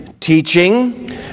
Teaching